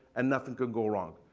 and nothing could go wrong.